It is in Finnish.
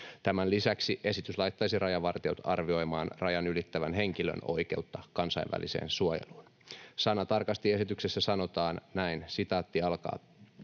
Tämän lisäksi esitys laittaisi rajavartijat arvioimaan rajan ylittävän henkilön oikeutta kansainväliseen suojeluun. Sanatarkasti esityksessä sanotaan näin: ”Edellä